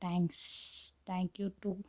thanks thank you to